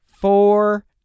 Four